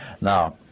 Now